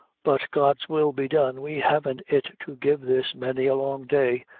but god's will be done, we haven't it to give this many a long day.